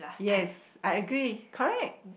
yes I agree correct